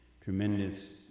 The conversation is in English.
tremendous